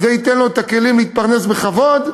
זה ייתן לו את הכלים להתפרנס בכבוד,